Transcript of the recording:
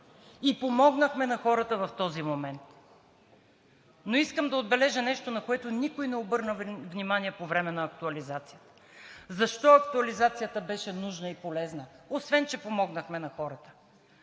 и помогнахме на хората в този момент. Но искам да отбележа нещо, на което никой не обърна внимание по време на актуализацията. Защо актуализацията беше нужна и полезна, освен че помогнахме на хората?